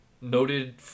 noted